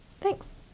Thanks